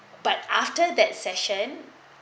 but after that session